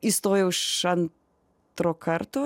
įstojau iš antro karto